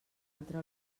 altra